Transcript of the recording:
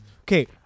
Okay